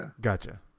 Gotcha